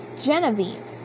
Genevieve